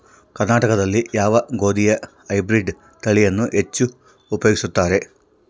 ಕರ್ನಾಟಕದಲ್ಲಿ ಯಾವ ಗೋಧಿಯ ಹೈಬ್ರಿಡ್ ತಳಿಯನ್ನು ಹೆಚ್ಚು ಉಪಯೋಗಿಸುತ್ತಾರೆ?